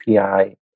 API